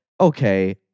okay